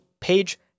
page